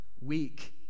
weak